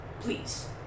please